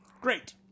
Great